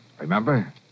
Remember